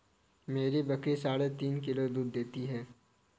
मेरी बकरी साढ़े तीन किलो दूध देती है